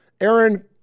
Aaron